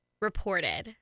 reported